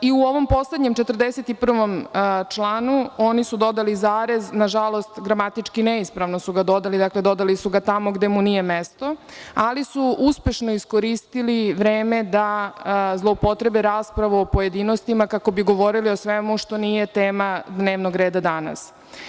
I u ovom poslednjem 41. članu oni su dodali zarez, ali, nažalost, gramatički neispravno su ga dodali, tj. dodali su ga tamo gde mu nije mesto, ali su uspešno iskoristili vreme da zloupotrebe raspravu o pojedinostima kako bi govorili o svemu što nije tema dnevnog reda danas.